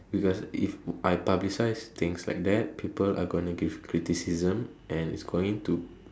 because if I publicise things like that people are gonna give criticism and it's going to